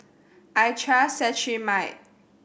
I trust Cetrimide